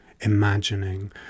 imagining